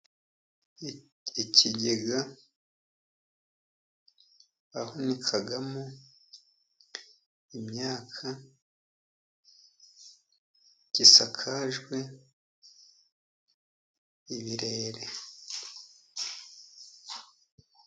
Ikigega bahunikamo imyaka gisakajwe ibirere,